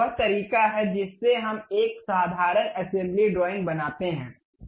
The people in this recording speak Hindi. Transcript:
यह वह तरीका है जिससे हम एक साधारण असेंबली ड्राइंग बनाते हैं